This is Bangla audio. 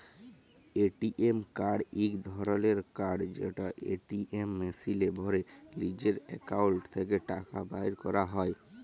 এ.টি.এম কাড় ইক ধরলের কাড় যেট এটিএম মেশিলে ভ্যরে লিজের একাউল্ট থ্যাকে টাকা বাইর ক্যরা যায়